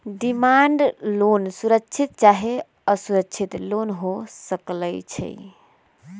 demand loan सुरक्षित चाहे असुरक्षित लोन हो सकइ छै